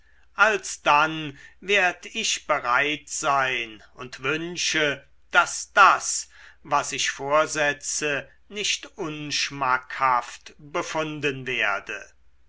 alsdann werd ich bereit sein und wünsche daß das was ich vorsetze nicht unschmackhaft befunden werde